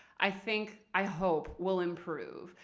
i think, i hope, will improve.